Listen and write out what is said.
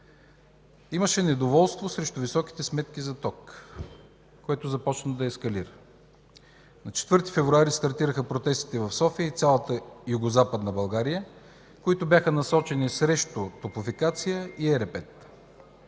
имаше недоволство срещу високите сметки за ток, което започна да ескалира. На 4 февруари стартираха протестите в София и цяла Югозападна България, насочени срещу „Топлофикация” и